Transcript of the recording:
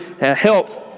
help